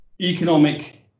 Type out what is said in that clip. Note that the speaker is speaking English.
economic